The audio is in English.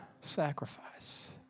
sacrifice